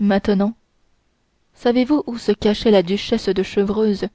maintenant savez-vous où se cachaient la duchesse de chevreuse